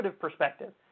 perspective